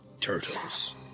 Turtles